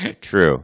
True